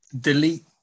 delete